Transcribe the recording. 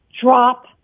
drop